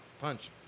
punch